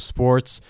Sports